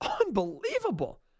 unbelievable